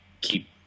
keep